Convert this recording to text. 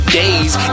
days